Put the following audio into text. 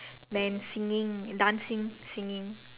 then singing dancing singing